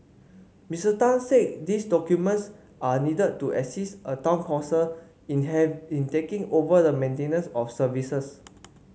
Mister Tan said these documents are needed to assist a town council in have in taking over the maintenance of services